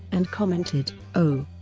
and commented, oh,